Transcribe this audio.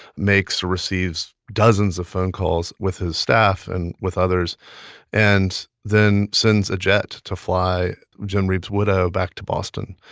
makes or receives dozens of phone calls with his staff and with others and then sends a jet to fly jim reeb's widow back to boston,